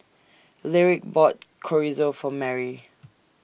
Lyric bought Chorizo For Mary